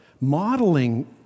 modeling